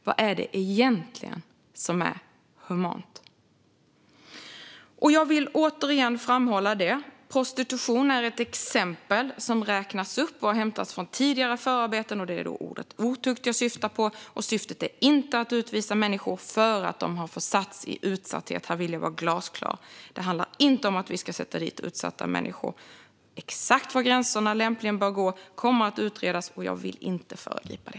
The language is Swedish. Vad är det egentligen som är humant? Jag vill återigen framhålla följande: Prostitution är ett exempel som räknas upp och som har hämtats från tidigare förarbeten. Det är ordet otukt jag syftar på. Syftet är inte att utvisa människor för att de har försatts i utsatthet. Här vill jag vara glasklar. Det handlar inte om att vi ska sätta dit utsatta människor. Exakt var gränserna lämpligen bör gå kommer att utredas, och jag vill inte föregripa det.